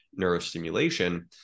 neurostimulation